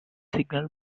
signal